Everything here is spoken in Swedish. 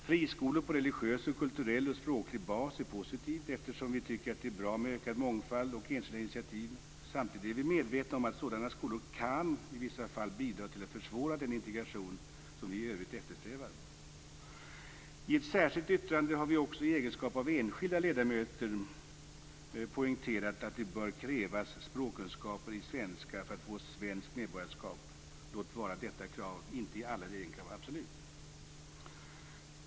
Friskolor på religiös, kulturell och språklig bas är positivt eftersom vi tycker att det är bra med ökad mångfald och enskilda initiativ. Samtidigt är vi medvetna om att sådana skolor i vissa fall kan bidra till att försvåra den integration som vi i övrigt eftersträvar. I ett särskilt yttrande har vi också i egenskap av enskilda ledamöter poängterat att det bör krävas språkkunskaper i svenska för att få svenskt medborgarskap, låt vara att detta krav inte i alla lägen kan vara absolut.